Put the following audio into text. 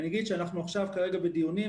אני מניח שמעסיקים הניחו שהם יקבלו 7,500 שקל.